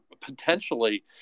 potentially